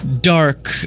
dark